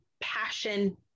passion